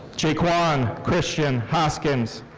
jaekwon christian hoskins.